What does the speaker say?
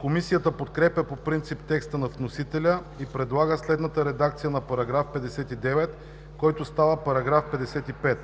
Комисията подкрепя по принцип текста на вносителя и предлага следната редакция на § 59, който става § 55: